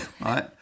Right